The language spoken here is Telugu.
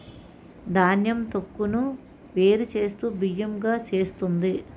ధాన్యం తొక్కును వేరు చేస్తూ బియ్యం గా చేస్తుంది